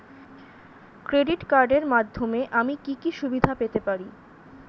Credit কার্ডের মাধ্যমে আমি কি কি সুবিধা পেতে পারি?